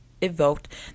evoked